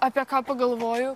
apie ką pagalvoju